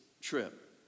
trip